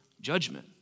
judgment